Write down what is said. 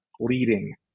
leading